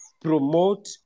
promote